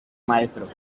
maestro